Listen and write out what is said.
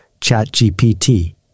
ChatGPT